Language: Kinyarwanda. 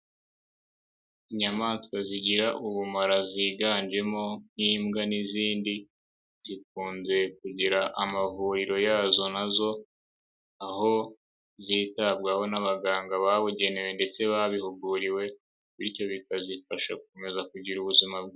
Inyamaswa zigira ubumara ziganjemo nk'imbwa n'izindi, zikunze kugira amavuriro yazo nazo, aho zitabwaho n'abaganga babugenewe ndetse babihuguriwe, bityo bikazifasha gukomeza kugira ubuzima bwi.